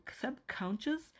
subconscious